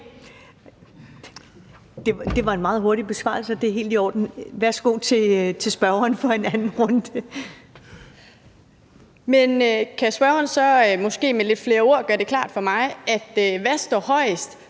Det var en meget hurtig besvarelse, og det er helt i orden. Værsgo til spørgeren for sin anden korte bemærkning. Kl. 12:12 Signe Munk (SF): Men kan ordføreren så måske med lidt flere ord gøre det klart for mig, hvad der står højest,